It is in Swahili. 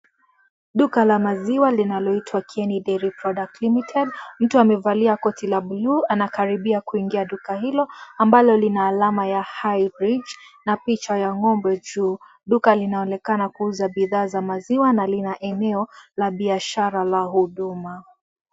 Duka la amziwa linaloitwa Kieni Dairy Product Limited, mru amevalia koti la bulu anakaribia kuingia duka hilo ambalo lina alama ya high breed na picha ya ngombe juu, duka linaonekana kuuza bidhaa za maziwa na lina eneo la biashara la huduma.